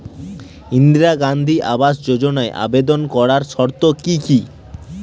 ইন্দিরা গান্ধী আবাস যোজনায় আবেদন করার শর্ত কি কি?